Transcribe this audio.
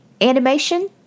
animation